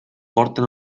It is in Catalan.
porten